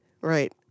Right